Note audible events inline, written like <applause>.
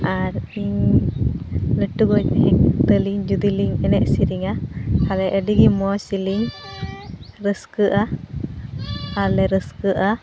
ᱟᱨ ᱤᱧ ᱞᱟᱹᱴᱩᱜᱚᱭ <unintelligible> ᱛᱟᱹᱞᱤᱧ ᱡᱚᱫᱤᱞᱤᱧ ᱮᱱᱮᱡᱼᱥᱮᱨᱮᱧᱟ ᱛᱟᱦᱞᱮ ᱟᱹᱰᱤᱜᱮ ᱢᱚᱡᱽᱼᱢᱚᱡᱽᱞᱤᱧ ᱨᱟᱹᱥᱠᱟᱹᱼᱟ ᱟᱨᱞᱮ ᱨᱟᱹᱥᱠᱟᱹᱼᱟ